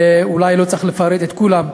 ואולי לא צריך לפרט את כולם,